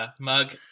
mug